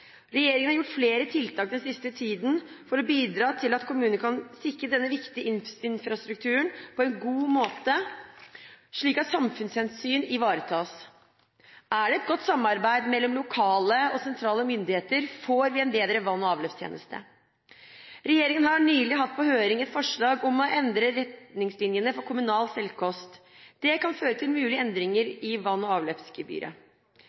Regjeringen har gjort flere tiltak den siste tiden for å bidra til at kommunen kan sikre denne viktige infrastrukturen på en god måte, slik at samfunnshensyn ivaretas. Er det et godt samarbeid mellom lokale og sentrale myndigheter, får vi en bedre vann- og avløpstjeneste. Regjeringen har nylig hatt på høring et forslag om å endre retningslinjene for kommunal selvkost. Det kan føre til mulige